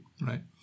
right